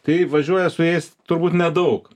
tai važiuoja su jais turbūt nedaug